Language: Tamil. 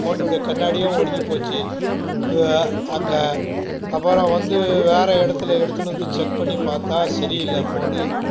ஃபோனோட கண்ணாடியும் உடஞ்சிப் போச்சு அங்கே அப்புறம் வந்து வேற இடத்துல எடுத்துன்னு வந்து செக் பண்ணி பார்த்தா சரி இல்லை ஃபோனு